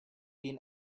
been